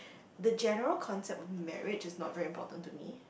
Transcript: the general concept of marriage is not very important to me